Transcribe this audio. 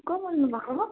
को बोल्नुभएको